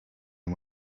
him